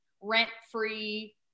rent-free